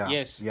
Yes